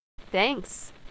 Thanks